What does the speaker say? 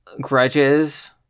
grudges